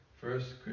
first